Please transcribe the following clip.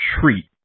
treat